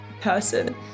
person